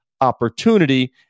opportunity